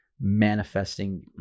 manifesting